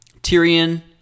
Tyrion